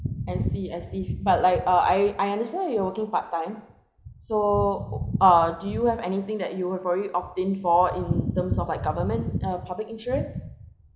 I see I see but like uh I I understand you're working part time so uh uh do you have anything that you will probably opt in for in terms of like government uh public insurance